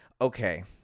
okay